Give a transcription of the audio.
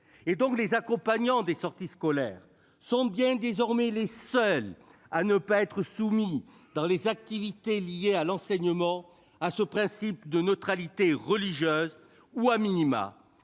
donc les accompagnants de sorties scolaires, sont désormais les seuls à ne pas être soumis, dans les activités liées à l'enseignement, à ce principe de neutralité religieuse ou,, à une